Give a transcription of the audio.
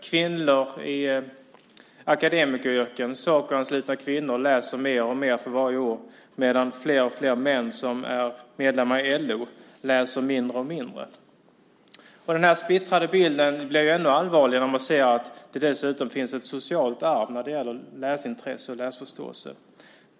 Kvinnor i akademikeryrken - Sacoanslutna kvinnor - läser mer och mer för varje år, medan manliga LO-medlemmar läser mindre och mindre. Den splittrade bilden blir ännu allvarligare när man ser att det dessutom finns ett socialt arv när det gäller läsintresse och läsförståelse.